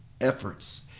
efforts